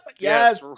Yes